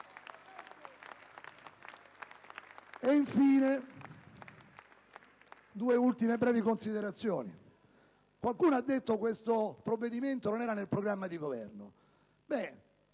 e LNP).* Due ultime brevi considerazioni: qualcuno ha detto che questo provvedimento non era nel programma di Governo!